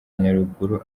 nyaruguru